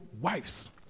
wives